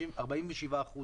47%